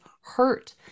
hurt